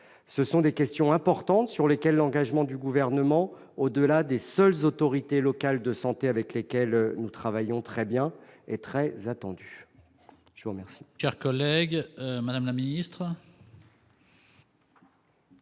Ce sont des questions importantes sur lesquelles l'engagement du Gouvernement, au-delà des seules autorités locales de santé, avec lesquelles nous travaillons en bonne intelligence, est très attendu.